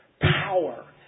Power